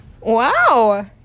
Wow